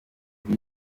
kuri